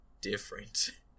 different